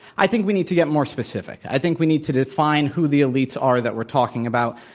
i think we need to get more specific. i think we need to define who the elites are that we're talking about.